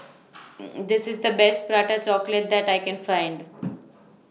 This IS The Best Prata Chocolate that I Can Find